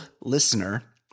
Listener